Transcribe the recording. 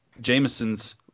Jameson's